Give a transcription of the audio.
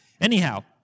Anyhow